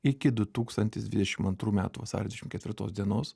iki du tūkstantis dvidešim antrų metų vasario dvidešim ketvirtos dienos